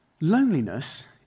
Loneliness